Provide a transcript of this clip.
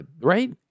right